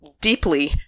deeply